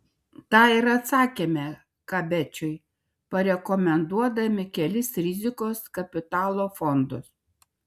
tą ir atsakėme kabečiui parekomenduodami kelis rizikos kapitalo fondus